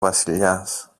βασιλιάς